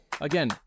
Again